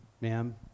ma'am